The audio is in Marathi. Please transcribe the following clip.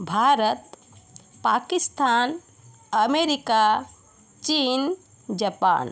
भारत पाकिस्थान अमेरिका चीन जपान